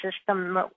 system